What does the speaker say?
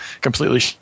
completely